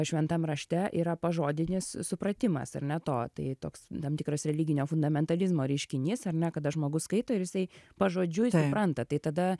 šventam rašte yra pažodinis supratimas ar ne to tai toks tam tikras religinio fundamentalizmo reiškinys ar ne kada žmogus skaito ir jisai pažodžiui supranta tai tada